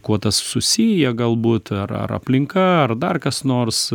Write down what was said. kuo tas susiję galbūt ar ar aplinka ar dar kas nors